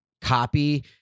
copy